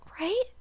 right